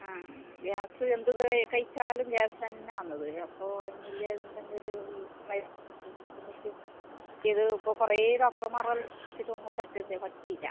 ആ ഗ്യാസ് എന്ത് കഴിച്ചാലും ഗ്യാസ് തന്നെ ആണത അപ്പോൾ ഒന്ന് ഇല്ലേ ഉണ്ടെങ്കിൽ മരുന്ന് തന്നിട്ട് ഇത് ഇപ്പോൾ കുറേ ഡോക്ടർമാരെ കാണിച്ചിട്ടും ഒന്നും പറ്റുന്ന് പറ്റിയില്ല